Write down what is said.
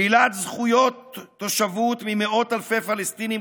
שלילת זכויות תושבות ממאות אלפי פלסטינים